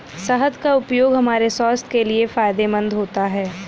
शहद का उपयोग हमारे स्वास्थ्य के लिए फायदेमंद होता है